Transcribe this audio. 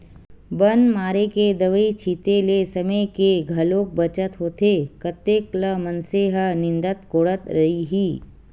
बन मारे के दवई छिते ले समे के घलोक बचत होथे कतेक ल मनसे ह निंदत कोड़त रइही